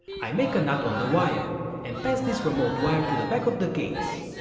i make a knot on the wire and pass this remote wire through the back of the case.